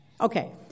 Okay